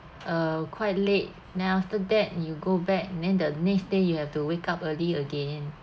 uh quite late then after that you go back and then the next day you have to wake up early again